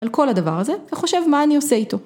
על כל הדבר הזה, וחושב מה אני עושה איתו.